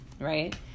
right